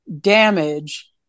damage